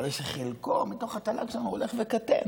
הרי שחלקו בתוך התל"ג שלנו הולך וקטן,